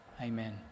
Amen